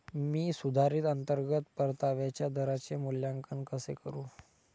मी सुधारित अंतर्गत परताव्याच्या दराचे मूल्यांकन कसे करू?